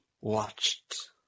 watched